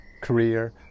Career